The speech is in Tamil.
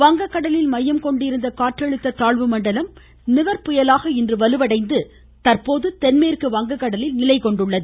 வங்ககடலில் மையம் கொண்டிருந்த காற்றழுத்த தாழ்வு மண்டலம் நிவர் புயலாக இன்று வலுவடைந்து தற்போது தென்மேற்கு வங்ககடலில் நிலைகொண்டுள்ளது